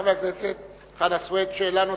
חבר הכנסת חנא סוייד, שאלה נוספת,